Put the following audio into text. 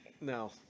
No